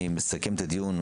אני מסכם את הדיון.